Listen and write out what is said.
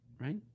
right